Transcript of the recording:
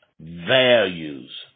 values